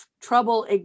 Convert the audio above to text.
trouble